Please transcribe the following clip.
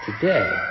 today